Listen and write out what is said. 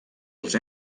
els